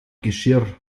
geschirr